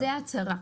זאת הצהרה.